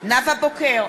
נאוה בוקר,